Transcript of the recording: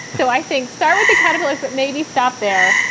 so i think start with the caterpillars, but maybe stop there.